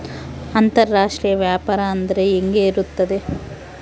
ಅಂತರಾಷ್ಟ್ರೇಯ ವ್ಯಾಪಾರ ಅಂದರೆ ಹೆಂಗೆ ಇರುತ್ತದೆ?